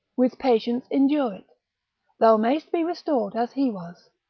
with patience endure it thou mayst be restored as he was.